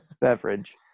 beverage